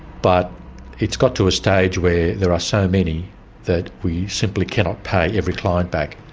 but it's got to a stage where there are so many that we simply cannot pay every client back.